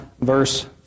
verse